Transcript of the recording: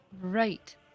right